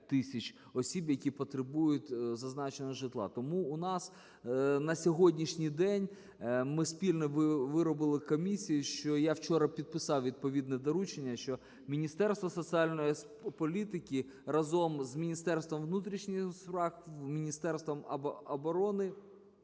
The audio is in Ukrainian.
Тому у нас на сьогоднішній день ми спільно виробили комісію, що я вчора підписав відповідне доручення, що Міністерство соціальної політики разом з Міністерством внутрішніх справ, з Міністерством оборони